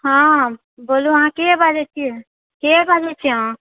हँ बोलू अहाँ केँ बाजए छिऐ केँ बाजए छिऐ अहाँ